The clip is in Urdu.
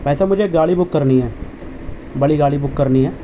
بھائی صاحب مجھے گاڑی بک کرنی ہے بڑی گاڑی بک کرنی ہے